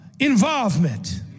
involvement